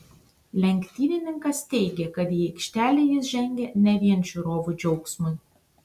lenktynininkas teigė kad į aikštelę jis žengia ne vien žiūrovų džiaugsmui